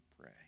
pray